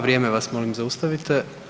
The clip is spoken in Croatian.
Vrijeme vas molim zaustavite.